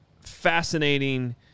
fascinating